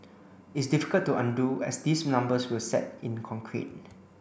it's difficult to undo as these numbers will set in concrete